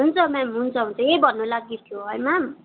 हुन्छ म्याम हुन्छ हुन्छ यही भन्नु लागि थियो है म्याम